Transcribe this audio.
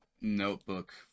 notebook